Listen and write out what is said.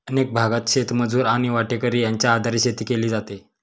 अनेक भागांत शेतमजूर आणि वाटेकरी यांच्या आधारे शेती केली जाते